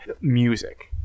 music